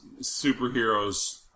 superheroes